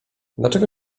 dlaczego